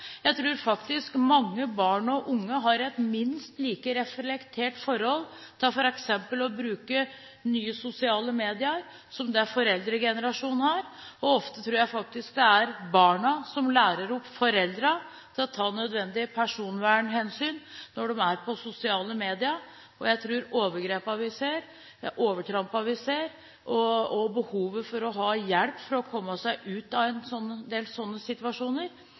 Jeg tror faktisk mange barn og unge har et minst like reflektert forhold til f.eks. å bruke nye sosiale medier som det foreldregenerasjonen har, og ofte tror jeg det er barna som lærer opp foreldrene til å ta nødvendige personvernhensyn når de er på sosiale medier. Jeg tror overtrampene vi ser, og behovet for å få hjelp til å komme seg ut av en del sånne situasjoner,